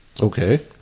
Okay